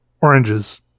Oranges